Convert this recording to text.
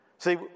See